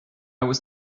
was